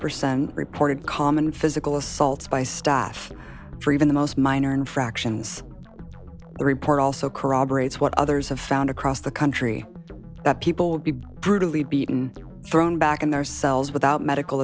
percent reported common physical assaults by staff for even the most minor infractions the report also corroborates what others have found across the country that people will be brutally beaten thrown back in their cells without medical